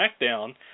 SmackDown